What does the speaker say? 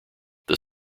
that